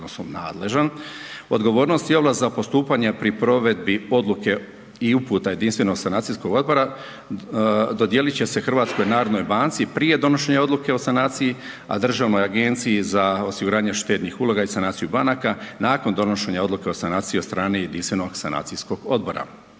odnosno nadležan, odgovornost i ovlast za postupanje pri provedbi odluke i uputa Jedinstvenog sanacijskog odbora, dodijelit će se HNB-u prije donošenja odluke o sanaciji, a Državnoj agenciji za osiguranje od štednih uloga i sanaciju banaka nakon donošenja odluke o sanaciji od strane jedinstvenog sanacijskog odbora.